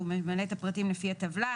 הוא ממלא את הפרטים לפי הטבלה.